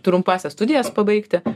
trumpąsias studijas pabaigti